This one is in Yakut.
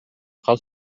хас